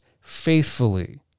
faithfully